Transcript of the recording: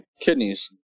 kidneys